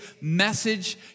message